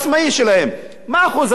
מה אחוז הצמיחה במדינת ישראל?